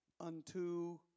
unto